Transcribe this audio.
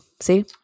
See